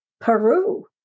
Peru